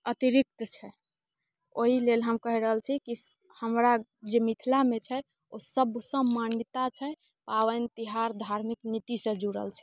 अतिरिक्त छै ओहि लेल हम कहि रहल छी कि हमरा जे मिथिलामे छै ओ सबसे मान्यता छै पाबनि तिहार धार्मिक नीतिसँ जुड़ल छै